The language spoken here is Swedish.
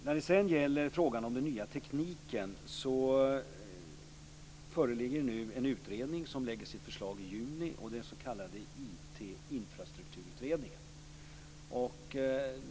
När det sedan gäller frågan om den nya tekniken föreligger nu en utredning som lägger fram sitt förslag i juni, den s.k. IT-infrastrukturutredningen.